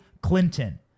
Clinton